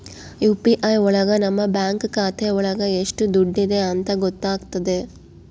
UPI ಒಳಗ ನಮ್ bank ಖಾತೆ ಒಳಗ ಎಷ್ಟ್ ದುಡ್ಡಿದೆ ಅಂತ ಗೊತ್ತಾಗ್ತದೆ